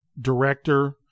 director